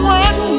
one